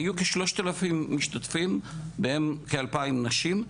היו כשלושת אלפים משתתפים בהם כאלפיים נשים.